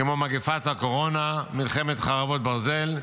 כמו מגפת הקורונה ומלחמת חרבות ברזל,